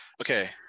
Okay